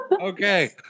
Okay